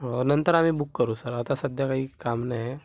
हो नंतर आम्ही बुक करू सर आता सध्या काही काम नाही